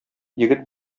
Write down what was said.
егет